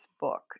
book